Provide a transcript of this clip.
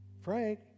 Frank